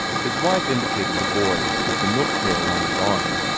his wife indicated the boy with the milk-pail on his arm,